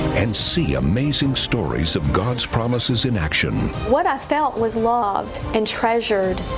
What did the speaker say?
and see amazing stories of god's promises in action. what i felt was loved and treasured.